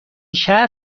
شهر